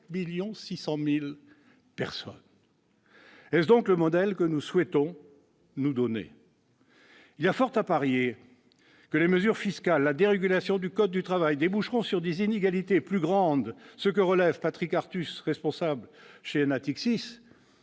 7 600 000 personnes ... Est-ce donc le modèle que nous souhaitons nous donner ? Il y a fort à parier que les mesures fiscales et la dérégulation du code du travail déboucheront sur des inégalités plus grandes, ce que relève Patrick Artus, responsable chez Natixis